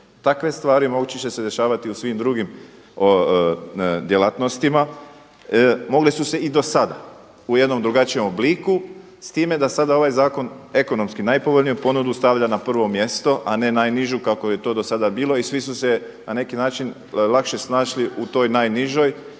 Takve stvari moći će se dešavati u svim drugim djelatnostima, mogle su se i do sada u jednom drugačijem obliku s time da sada ovaj zakon ekonomski najpovoljniju ponudu stavlja na prvo mjesto a ne najnižu kako je to do sada bilo i svi su se na neki način lakše snašli u toj najnižoj